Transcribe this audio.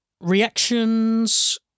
reactions